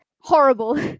horrible